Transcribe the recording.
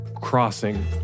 crossing